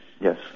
Yes